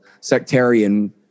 sectarian